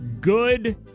good